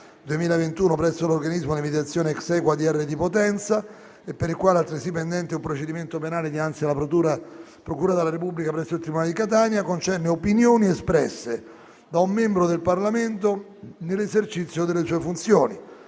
2021 presso l'organismo di mediazione civile ExAequo a.d.r. di Potenza, e per il quale è altresì pendente un procedimento penale dinanzi alla procura della Repubblica presso il tribunale di Catania concerne opinioni espresse da un membro del Parlamento nell'esercizio delle sue funzioni.